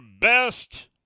best